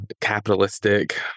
capitalistic